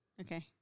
Okay